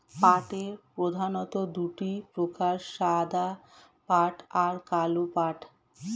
পাটের প্রধানত দুটি প্রকার সাদা পাট আর কালো পাট